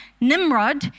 Nimrod